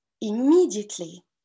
immediately